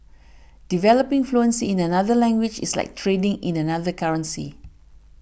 developing fluency in another language is like trading in another currency